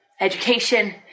education